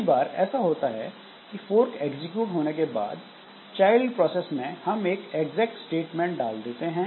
कई बार ऐसा होता है कि फोर्क एग्जीक्यूट होने के बाद चाइल्ड प्रोसेस में हम एक एग्जैक स्टेटमेंट डाल देते हैं